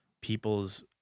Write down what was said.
people's